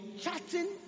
chatting